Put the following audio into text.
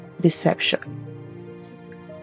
deception